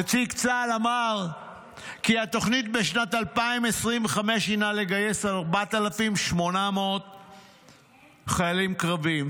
נציג צה"ל אמר כי התוכנית בשנת 2025 היא לגייס 4,800 חיילים קרביים,